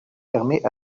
permet